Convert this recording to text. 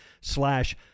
slash